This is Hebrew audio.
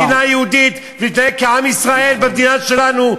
מדינה יהודית, ולהתנהג כעם ישראל במדינה שלנו,